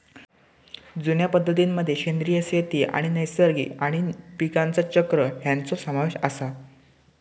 जुन्या पद्धतीं मध्ये सेंद्रिय शेती आणि नैसर्गिक आणि पीकांचा चक्र ह्यांचो समावेश आसा